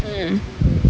mmhmm